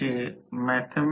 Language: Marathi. तर ते 96